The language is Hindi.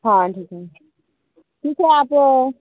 हाँ ठीक है तीसरा आप